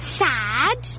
sad